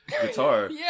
guitar